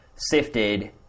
sifted